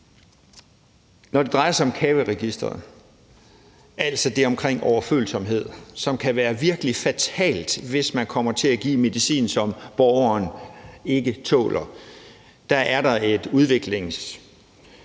Når det drejer sig om CAVE-registeret, altså det omkring overfølsomhed, som kan være virkelig fatalt, hvis man kommer til at give medicin, som borgeren ikke tåler, så er der en udviklingsvej